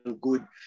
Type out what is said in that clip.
good